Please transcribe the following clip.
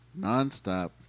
nonstop